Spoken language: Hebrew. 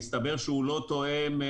הסתבר שהוא לא תואם,